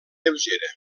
lleugera